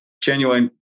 genuine